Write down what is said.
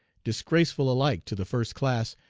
disgraceful alike to the first class,